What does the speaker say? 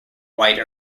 white